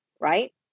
Right